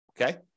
Okay